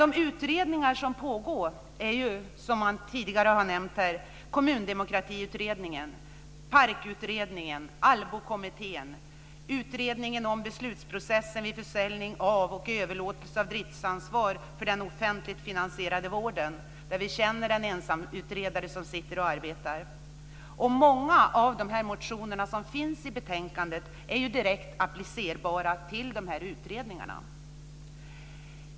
De utredningar som pågår är, som tidigare har nämnts här, Kommundemokratikommittén, PARK utredningen, ALLBO-kommittén, utredningen om beslutsprocessen vid försäljning av och överlåtelse av driftsansvar för den offentligt finansierade vården, där vi känner den ensamutredare som sitter och arbetar. Många av de motioner som behandlas i betänkandet är direkt applicerbara på de här utredningarna.